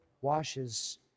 washes